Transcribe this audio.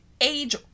age